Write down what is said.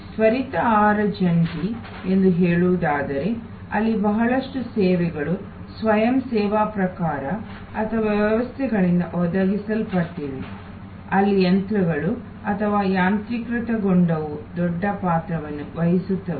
ತ್ವರಿತ ಆಹಾರ ಜಂಟಿ ಎಂದು ಹೇಳುವುದಾದರೆ ಅಲ್ಲಿ ಬಹಳಷ್ಟು ಸೇವೆಗಳು ಸ್ವಯಂ ಸೇವಾ ಪ್ರಕಾರ ಅಥವಾ ವ್ಯವಸ್ಥೆಗಳಿಂದ ಒದಗಿಸಲ್ಪಟ್ಟಿವೆ ಅಲ್ಲಿ ಯಂತ್ರಗಳು ಅಥವಾ ಯಾಂತ್ರೀಕೃತಗೊಂಡವು ದೊಡ್ಡ ಪಾತ್ರವನ್ನು ವಹಿಸುತ್ತದೆ